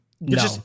No